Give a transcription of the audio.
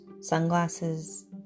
sunglasses